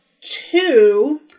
two